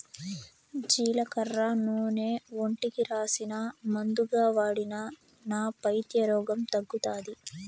జీలకర్ర నూనె ఒంటికి రాసినా, మందుగా వాడినా నా పైత్య రోగం తగ్గుతాది